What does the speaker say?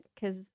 because-